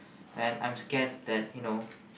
and I'm scared that you know